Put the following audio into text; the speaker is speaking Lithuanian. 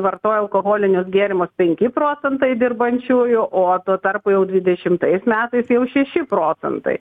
vartojo alkoholinius gėrimus penki procentai dirbančiųjų o tuo tarpu jau dvidešimtaisiais metais jau šeši procentai